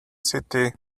city